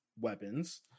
weapons